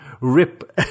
rip